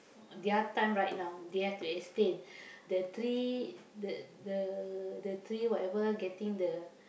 their time right now they have to explain the tree the the the tree whatever getting the